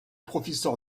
professeur